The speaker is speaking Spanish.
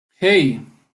hey